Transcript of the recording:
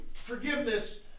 forgiveness